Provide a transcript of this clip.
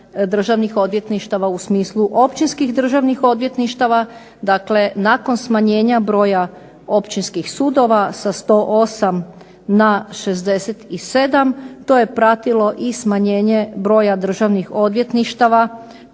Državnih odvjetništava u smislu općinskih državnih odvjetništava, dakle nakon smanjenja broja općinskih sudova sa 108 na 67 to je pratilo i smanjenje broja državnih odvjetništava